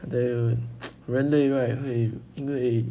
I tell you 人类 right 会因为